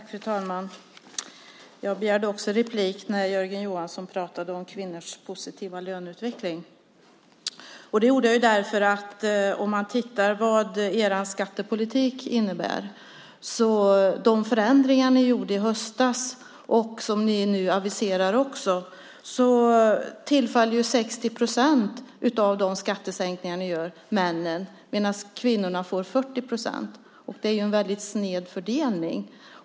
Fru talman! Jag begärde också replik när Jörgen Johansson talade om kvinnors positiva löneutveckling. Det gjorde jag med tanke på vad er skattepolitik innebär. De förändringar som ni gjorde i höstas och de förändringar som ni nu aviserar innebär att 60 procent av skattesänkningarna tillfaller männen medan kvinnorna får 40 procent. Det är en väldigt sned fördelning.